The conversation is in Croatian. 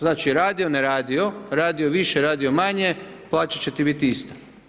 Znači, radio, ne radio, radio više, radio manje, plaće će ti biti iste.